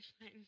fine